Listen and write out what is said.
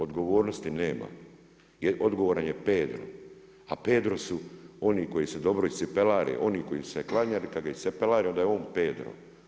Odgovornosti nema jer odgovoran je Pedro a Pedro su oni koji se dobro iscipelare oni koji su se klanjali, kada ih iscipelare onda je on Pedro.